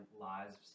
lives